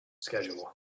schedule